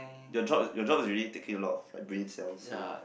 your job your job is really taking a lot of brain cells so